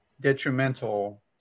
detrimental